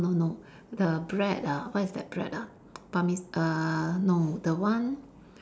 no no the bread ah what is the bread ah err no the one